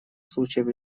случаев